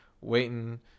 waiting